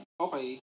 okay